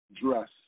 dress